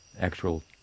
actual